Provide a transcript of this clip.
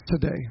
today